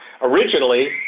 originally